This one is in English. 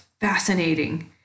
fascinating